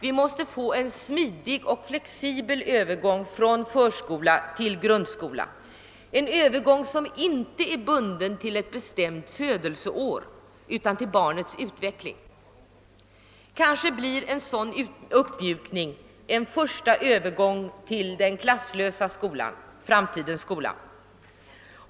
Vi måste få en smidig och flexibel övergång från förskola till grundskola, en övergång som inte är bunden till ett bestämt födelseår utan till barnets utveckling. Kanske blir en sådan uppmjukning en första övergång till den klasslösa skolan, framtidens skola.